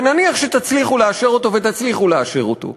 ונניח שתצליחו לאשר אותו, ותצליחו לאשר אותו,